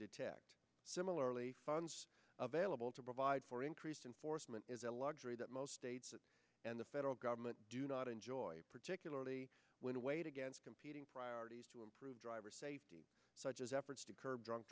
detect similarly funds available to provide for increased enforcement is a luxury that most states and the federal government do not enjoy particularly when weighed against competing priorities to improve driver safety such as effort to curb drunk